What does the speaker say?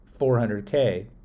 400k